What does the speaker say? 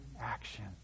action